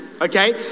Okay